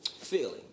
Feeling